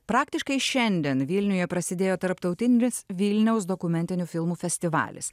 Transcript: praktiškai šiandien vilniuje prasidėjo tarptautinis vilniaus dokumentinių filmų festivalis